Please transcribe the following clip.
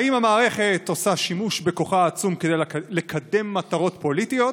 האם המערכת עושה שימוש בכוחה העצום כדי לקדם מטרות פוליטיות